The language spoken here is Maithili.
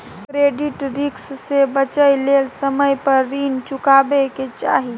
क्रेडिट रिस्क से बचइ लेल समय पर रीन चुकाबै के चाही